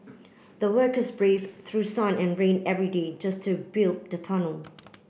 the workers braved through sun and rain every day just to build the tunnel